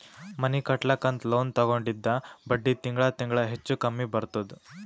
ಮನಿ ಕಟ್ಲಕ್ ಅಂತ್ ಲೋನ್ ತಗೊಂಡಿದ್ದ ಬಡ್ಡಿ ತಿಂಗಳಾ ತಿಂಗಳಾ ಹೆಚ್ಚು ಕಮ್ಮಿ ಬರ್ತುದ್